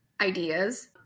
ideas